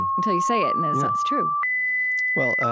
until you say it, and it sounds true well,